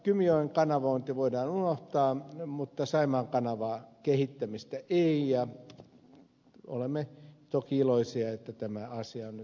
kymijoen kanavointi voidaan unohtaa mutta saimaan kanavan kehittämistä ei ja olemme toki iloisia että tämä asia on nyt eduskunnassa